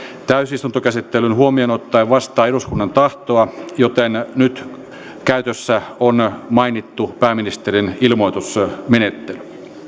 täysistuntokäsittelyn huomioon ottaen vastaa eduskunnan tahtoa joten nyt käytössä on mainittu pääministerin ilmoitus menettely